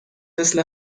مثل